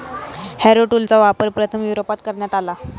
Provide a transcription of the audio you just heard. Harrow टूलचा वापर प्रथम युरोपात करण्यात आला